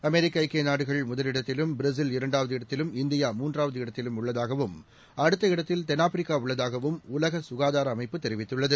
அமெரிக்கறக்கியநாடுகள் முதலிடத்திலும் பிரேசில் இரண்டாவது இடத்திலும் இந்தியா மூன்றாவது இடத்தில் உள்ளதாகவும் அடுத்த இடத்தில் தென்னாப்பிரிக்காஉள்ளதாகவும் உலகசுகாதாரஅமைப்பு தெரிவித்துள்ளது